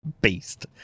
beast